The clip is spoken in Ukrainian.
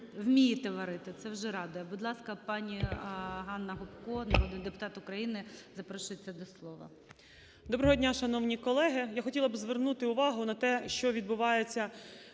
ви вмієте варити, це вже радує. Будь ласка, пані ГаннаГопко, народний депутат України, запрошується до слова. 13:18:18 ГОПКО Г.М. Доброго дня, шановні колеги! Я хотіла б звернути увагу на те, що відбувається